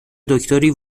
دکتری